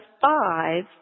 five